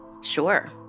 Sure